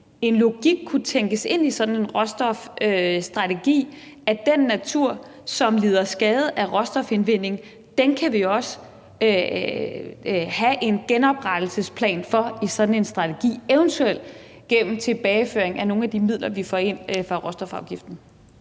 en logik kunne tænkes ind, så der for den natur, som lider skade ved råstofindvinding, er en genopretningsplan i sådan en råstofstrategi, eventuelt gennem tilbageføring af nogle af de midler, vi får ind fra råstofafgiften?